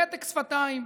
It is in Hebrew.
במתק שפתיים,